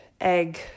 egg